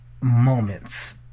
moments